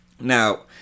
now